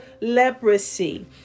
leprosy